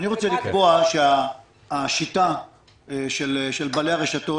אני רוצה לקבוע שהשיטה של בעלי הרשתות